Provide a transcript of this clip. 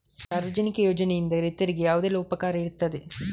ಸಾರ್ವಜನಿಕ ಯೋಜನೆಯಿಂದ ರೈತನಿಗೆ ಯಾವುದೆಲ್ಲ ಉಪಕಾರ ಇರ್ತದೆ?